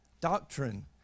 Doctrine